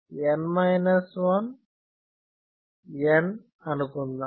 N 1 N అనుకుందాం